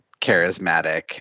charismatic